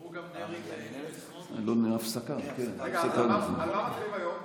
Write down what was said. אמרו גם דרעי וסמוטריץ' ------ על מה מצביעים היום?